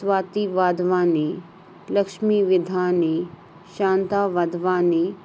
Swati Wadhwani Lakshmi Vidhani Shanta Wadhwani